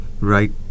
right